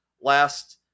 last